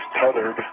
tethered